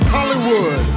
Hollywood